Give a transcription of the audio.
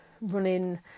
running